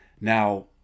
Now